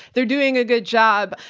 they're doing a good job.